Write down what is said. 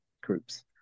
groups